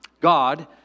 God